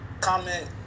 comment